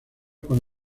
con